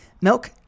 Milk